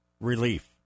relief